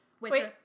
Wait